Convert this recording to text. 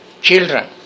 children